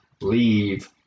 leave